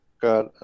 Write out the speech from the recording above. got